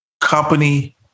company